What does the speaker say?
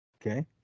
Okay